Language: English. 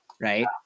Right